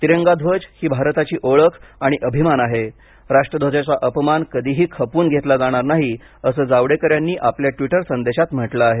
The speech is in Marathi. तिरंगा ध्वज ही भारताची ओळख आणि अभिमान आहे राष्ट्रध्वजाचा अपमान कधीही खपवून घेतला जाणार नाही असं जावडेकर यांनी आपल्या ट्विटर संदेशात म्हटलं आहे